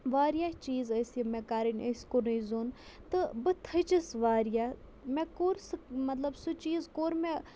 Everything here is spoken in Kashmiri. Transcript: واریاہ چیٖز ٲسۍ یِم مےٚ کَرٕنۍ ٲسۍ کُنُے زوٚن تہٕ بہٕ تھٔچِس واریاہ مےٚ کوٚر سُہ مطلب سُہ چیٖز کوٚر مےٚ